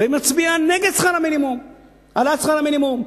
ומצביע נגד העלאת שכר המינימום,